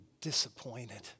disappointed